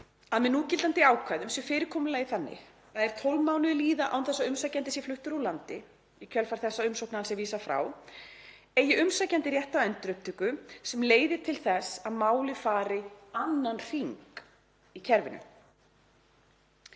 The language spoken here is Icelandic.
að með núgildandi ákvæðum sé fyrirkomulagið þannig að ef 12 mánuðir líða án þess að umsækjandi sé fluttur úr landi í kjölfar þess að umsókn hans er vísað frá eigi umsækjandi rétt á endurupptöku sem leiði til þess að málið fari annan hring í kerfinu.